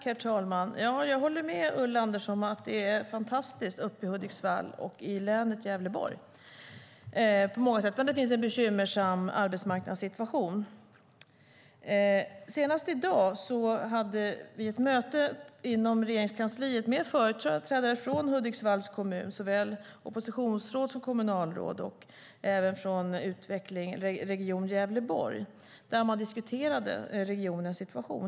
Herr talman! Jag håller med Ulla Andersson om att det är fantastiskt uppe i Hudiksvall och i länet Gävleborg på många sätt. Men det finns en bekymmersam arbetsmarknadssituation. Senast i dag hade vi ett möte inom Regeringskansliet med företrädare för Hudiksvalls kommun, såväl oppositionsråd som kommunalråd, och för Region Gävleborg. Man diskuterade regionens situation.